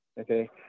okay